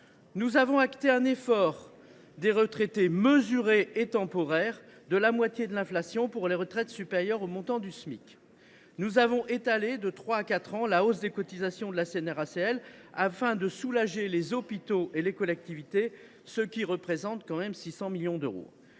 Nous avons acté un effort des retraités mesuré et temporaire, de la moitié de l’inflation pour les retraites supérieures au montant du Smic. Nous avons étalé sur quatre ans la hausse des cotisations de la CNRACL initialement prévue sur trois ans, afin de soulager les hôpitaux et les collectivités, ce qui représente tout de même 600 millions d’euros.